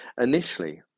Initially